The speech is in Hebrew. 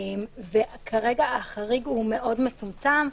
כרגע החריג הוא מאוד מצומצם,